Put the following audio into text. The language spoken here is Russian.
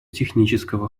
технического